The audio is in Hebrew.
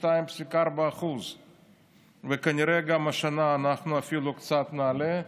72.4%. כנראה גם השנה אנחנו אפילו קצת נעלה,